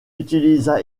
utilisa